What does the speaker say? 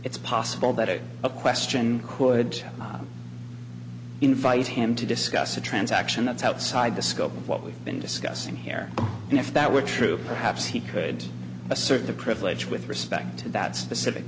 it's possible that it a question could invite him to discuss a transaction that's outside the scope of what we've been discussing here and if that were true perhaps he could assert the privilege with respect to that specific